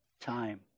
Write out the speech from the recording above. time